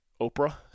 Oprah